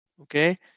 Okay